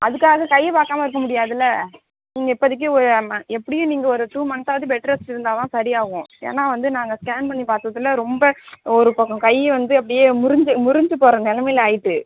அதுக்காக கையை பார்க்காம இருக்க முடியாதில்ல நீங்கள் இப்போதைக்கி எப்படியும் நீங்கள் ஒரு டூ மன்த் ஆவது பெட் ரெஸ்ட் இருந்தால்தான் சரி ஆகும் ஏன்னால் வந்து நாங்கள் ஸ்கேன் பண்ணி பார்த்ததுல ரொம்ப ஒரு பக்கம் கை வந்து அப்படியே முறிஞ்சு முறிஞ்சு போகிற நிலமையில ஆகிட்டு